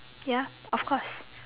ya of course